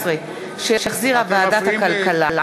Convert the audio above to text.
שהחזירה ועדת הכלכלה.